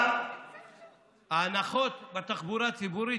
גם ההנחות בתחבורה הציבורית,